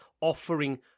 offering